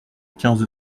quinze